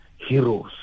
heroes